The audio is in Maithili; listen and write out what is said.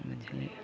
बुझलिए